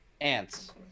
Ants